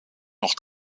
noch